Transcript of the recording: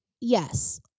yes